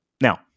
Now